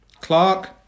Clark